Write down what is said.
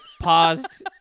paused